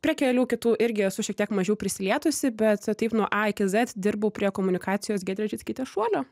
prie kelių kitų irgi esu šiek tiek mažiau prisilietusi bet taip nuo a iki z dirbau prie komunikacijos giedrės žickytės šuolio